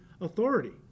authority